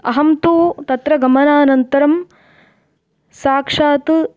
अहं तु तत्र गमनानन्तरं साक्षात्